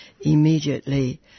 immediately